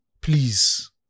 please